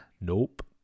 nope